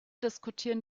diskutieren